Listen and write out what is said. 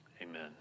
amen